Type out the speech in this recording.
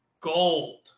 gold